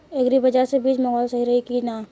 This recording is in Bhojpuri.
एग्री बाज़ार से बीज मंगावल सही रही की ना?